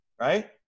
right